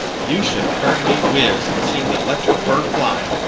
you should have heard me whiz, and seen the electric fur fly!